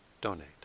donate